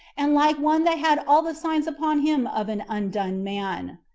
and like one that had all the signs upon him of an undone man.